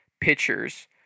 pitchers